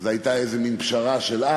זו הייתה פשרה אז.